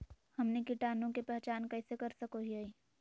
हमनी कीटाणु के पहचान कइसे कर सको हीयइ?